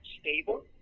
stable